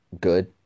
good